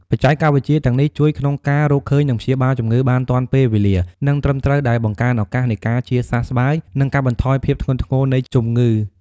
បច្ចេកវិទ្យាទាំងនេះជួយក្នុងការរកឃើញ និងព្យាបាលជំងឺបានទាន់ពេលវេលា និងត្រឹមត្រូវ ដែលបង្កើនឱកាសនៃការជាសះស្បើយ និងកាត់បន្ថយភាពធ្ងន់ធ្ងរនៃជំងឺ។